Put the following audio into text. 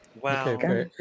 Wow